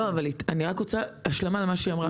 אני רק רוצה להשלים למה שהיא אמרה,